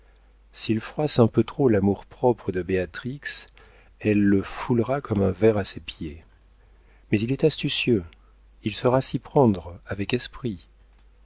s'il froisse un peu trop l'amour-propre de béatrix elle le foulera comme un ver à ses pieds mais il est astucieux il saura s'y prendre avec esprit